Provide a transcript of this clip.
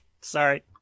Sorry